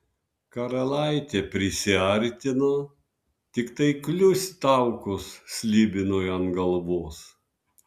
karalaitė prisiartino tiktai kliust taukus slibinui ant galvos